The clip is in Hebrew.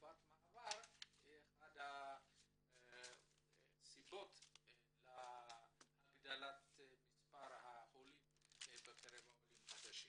תקופת המעבר היא אחת הסיבות לגידול במספר החולים בקרב העולים החדשים.